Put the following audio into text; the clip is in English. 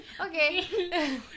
Okay